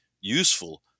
useful